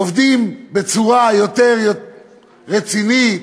עובדים בצורה יותר רצינית,